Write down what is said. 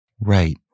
Right